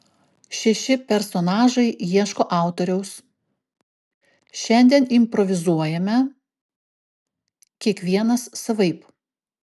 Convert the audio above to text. šeši personažai ieško autoriaus šiandien improvizuojame kiekvienas savaip